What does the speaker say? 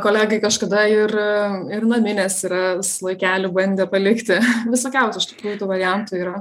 kolegai kažkada ir ir naminės yra sloikelį bandę palikti visokiausių iš tikrųjų tų variantų yra